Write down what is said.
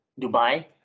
Dubai